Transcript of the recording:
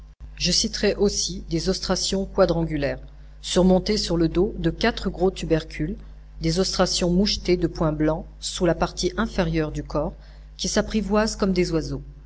je citerai aussi des ostracions quadrangulaires surmontés sur le dos de quatre gros tubercules des ostracions mouchetés de points blancs sous la partie inférieure du corps qui s'apprivoisent comme des oiseaux